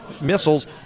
missiles